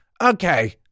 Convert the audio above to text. okay